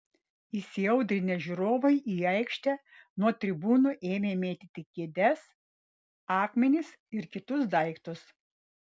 įsiaudrinę žiūrovai į aikštę nuo tribūnų ėmė mėtyti kėdes akmenis ir kitus daiktus